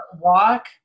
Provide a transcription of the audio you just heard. walk